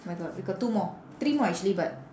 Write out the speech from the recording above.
my god we got two more three more actually but